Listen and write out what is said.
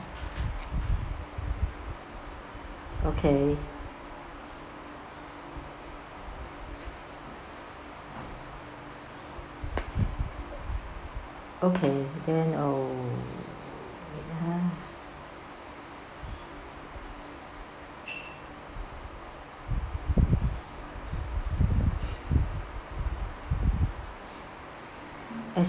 okay okay then oo wait ah as